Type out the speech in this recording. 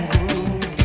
Groove